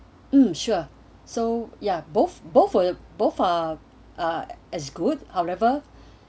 mm sure so ya both both uh both are as good however